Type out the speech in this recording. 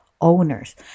owners